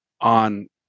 on